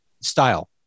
style